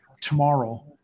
tomorrow